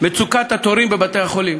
מצוקת התורים בבתי-החולים.